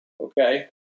okay